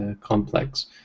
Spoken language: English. complex